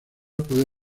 puede